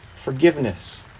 forgiveness